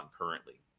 currently